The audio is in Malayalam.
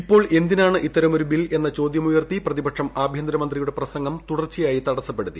ഇപ്പോൾ എന്തിനാണ് ഇത്തരമൊരു ബിൽ എന്ന ചോദ്യമുയർത്തി പ്രതിപക്ഷം ആഭ്യന്തരമന്ത്രിയുടെ പ്രസംഗം തുടർച്ചയായി തടസ്റ്റപ്പെടുത്തി